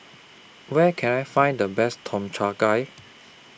Where Can I Find The Best Tom Cha Gai